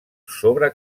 sobre